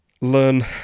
learn